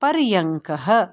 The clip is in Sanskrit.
पर्यङ्कः